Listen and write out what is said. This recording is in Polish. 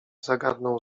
zagadnął